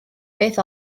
beth